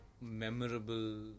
memorable